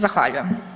Zahvaljujem.